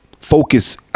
focus